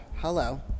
hello